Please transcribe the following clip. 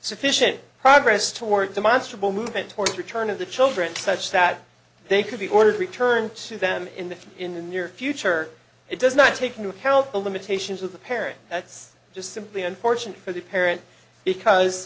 sufficient progress towards demonstrably movement towards return of the children such that they could be ordered returned to them in the in the near future it does not take into account the limitations of the parent that's just simply unfortunate for the parent because